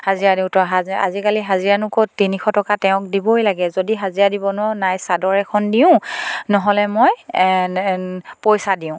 হাজিৰা দিওঁ আজিকালি হাজিৰানো ক'ত তিনিশ টকা তেওঁক দিবই লাগে যদি হাজিৰা দিব নোৱাৰোঁ নাই চাদৰ এখন দিওঁ নহ'লে মই পইচা দিওঁ